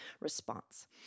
response